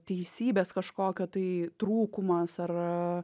teisybės kažkokio tai trūkumas ar